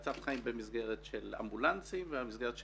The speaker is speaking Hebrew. הצלת חיים במסגרת אמבולנסים ובמסגרת פגים.